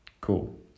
Cool